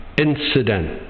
incident